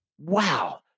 Wow